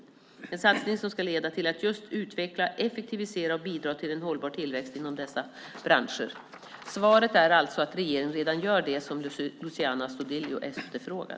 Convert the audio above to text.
Det är en satsning som ska leda till att just utveckla, effektivisera och bidra till en hållbar tillväxt inom dessa branscher. Svaret är alltså att regeringen redan gör det som Luciano Astudillo efterfrågar.